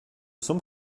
semble